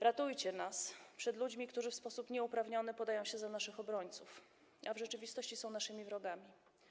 Ratujcie nas przed ludźmi, którzy w sposób nieuprawniony podają się za naszych obrońców, a w rzeczywistości są naszymi wrogami.